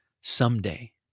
someday